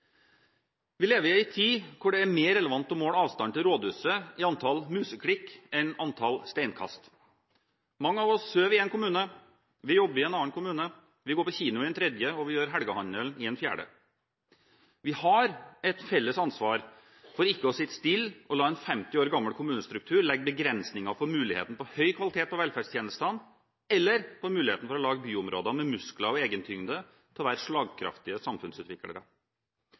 Vi lever i en tid hvor det er mer relevant å måle avstanden til rådhuset i antall museklikk enn antall steinkast. Mange av oss sover i én kommune, jobber i en annen kommune, går på kino i en tredje og gjør helgehandelen i en fjerde. Vi har et felles ansvar for ikke å sitte stille og la en 50 år gammel kommunestruktur legge begrensninger på muligheten for høy kvalitet på velferdstjenestene eller på muligheten for å lage byområder med muskler og egentyngde til å være slagkraftige samfunnsutviklere.